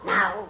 Now